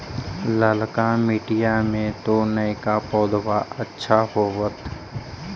ललका मिटीया मे तो नयका पौधबा अच्छा होबत?